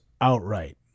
outright